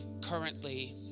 currently